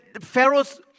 Pharaoh's